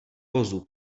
vozů